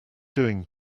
doing